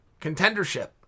contendership